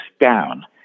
down